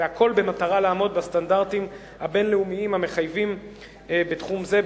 והכול במטרה לעמוד בסטנדרטים הבין-לאומיים המחייבים בתחום זה,